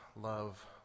love